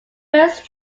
first